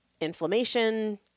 inflammation